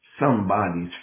somebody's